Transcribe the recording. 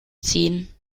ziehen